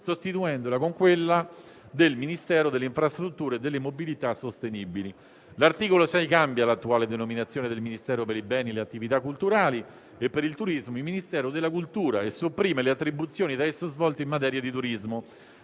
sostituendola con quella di Ministero delle infrastrutture e della mobilità sostenibili. L'articolo 6 cambia l'attuale denominazione del Ministero per i beni e le attività culturali e per il turismo in Ministero della cultura e sopprime le attribuzioni da esso svolte in materia di turismo